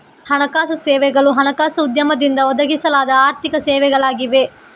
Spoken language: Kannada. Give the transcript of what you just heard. ಹಣಕಾಸು ಸೇವೆಗಳು ಹಣಕಾಸು ಉದ್ಯಮದಿಂದ ಒದಗಿಸಲಾದ ಆರ್ಥಿಕ ಸೇವೆಗಳಾಗಿವೆ